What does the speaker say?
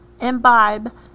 imbibe